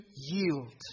yield